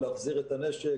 להחזיר את הנשק.